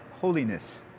holiness